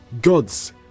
gods